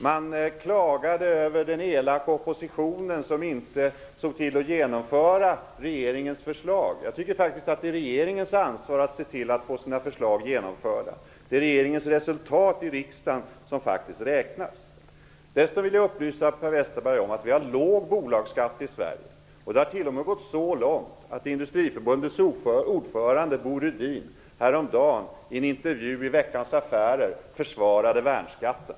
Man klagade över den elaka oppositionen, som inte ville genomföra regeringens förslag. Jag tycker faktiskt att det är regeringens ansvar att få sina förslag genomförda. Det är regeringens resultat i riksdagen som räknas. Jag vill dessutom upplysa Per Westerberg om att vi har en låg bolagsskatt i Sverige. Det har t.o.m. gått så långt att Industriförbundets ordförande Bo Rydin häromdagen i en intervju i Veckans Affärer försvarade värnskatten.